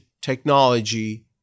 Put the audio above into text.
technology